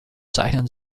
zeichnen